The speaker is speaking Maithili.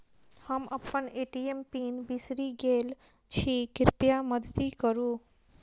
हम अप्पन ए.टी.एम पीन बिसरि गेल छी कृपया मददि करू